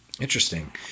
Interesting